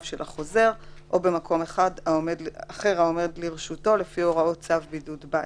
של החוזר או במקום אחר העומד לרשותו לפי הוראות צו בידוד בית.